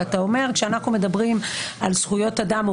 ואתה אומר: כשאנחנו מדברים על זכויות אדם או